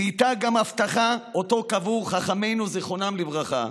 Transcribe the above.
ואיתה גם הבטחה שאותה קבעו חכמינו זיכרונם לברכה: